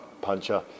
puncher